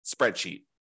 spreadsheet